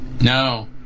No